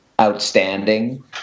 outstanding